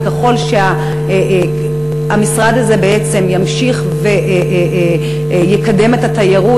וככל שהמשרד הזה בעצם ימשיך ויקדם את התיירות,